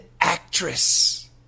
actress